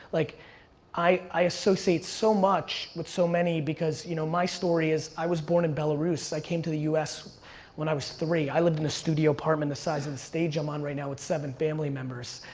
like i associate so much with so many, because you know, my story is, i was born in belarus, i came to the us when i was three, i lived in a studio apartment the size of the stage i'm on right now with seven family members.